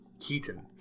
Keaton